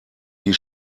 die